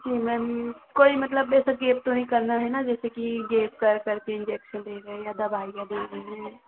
जी ma'am कोई मतलब ऐसा केस तो नहीं कर रहा है ना जैसे कि गेस कर कर के इन्जेक्शन दे रहे हैं या दवाईयाँ दे रहे हैं